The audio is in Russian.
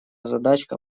задачка